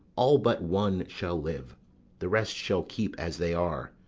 all but one, shall live the rest shall keep as they are.